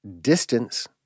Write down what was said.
distance